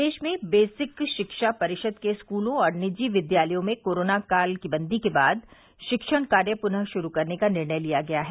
प्रदेश में बेसिक शिक्षा परिषद के स्कूलों और निजी विद्यालयों में कोरोना काल बंदी के बाद शिक्षण कार्य पुनः शुरू करने का निर्णय लिया गया है